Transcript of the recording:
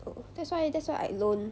that's why that's why I loan